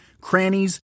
crannies